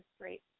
great